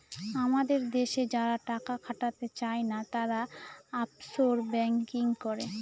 আমাদের দেশে যারা টাকা খাটাতে চাই না, তারা অফশোর ব্যাঙ্কিং করে